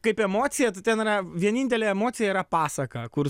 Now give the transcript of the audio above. kaip emocija tai ten yra vienintelė emocija yra pasaka kur